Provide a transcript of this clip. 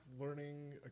learning